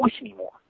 anymore